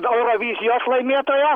gal eurovizijos laimėtoją